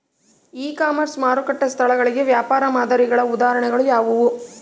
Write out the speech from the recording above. E commerce ಮಾರುಕಟ್ಟೆ ಸ್ಥಳಗಳಿಗೆ ವ್ಯಾಪಾರ ಮಾದರಿಗಳ ಉದಾಹರಣೆಗಳು ಯಾವುವು?